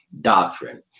doctrine